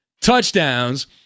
touchdowns